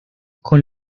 con